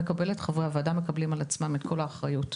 וחברי הוועדה מקבלים על עצמם את כל האחריות,